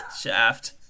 Shaft